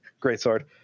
greatsword